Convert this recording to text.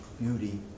beauty